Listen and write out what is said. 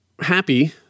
happy